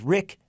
Rick